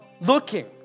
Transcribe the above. looking